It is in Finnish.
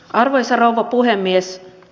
arvoisa rouva puhemies